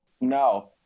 No